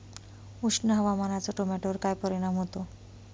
उष्ण हवामानाचा टोमॅटोवर काय परिणाम होतो?